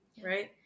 Right